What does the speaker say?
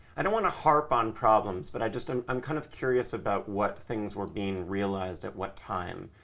i don't want to harp on problems but i just, i'm i'm kind of curious about what things were being realized at what time.